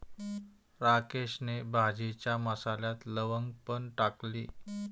राकेशने भाजीच्या मसाल्यात लवंग पण टाकली